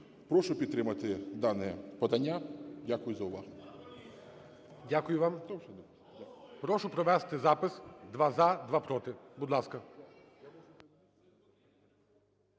Прошу підтримати дане подання. Дякую за увагу. ГОЛОВУЮЧИЙ. Дякую вам. Прошу провести запис: два – за, два – проти. Будь ласка.